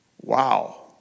wow